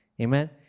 Amen